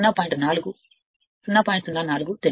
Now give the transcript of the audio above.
04 తెలుసు